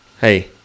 Hey